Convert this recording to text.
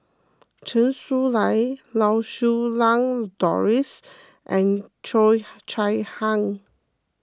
Chen Su Lan Lau Siew Lang Doris and Cheo Chai Hiang